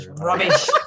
Rubbish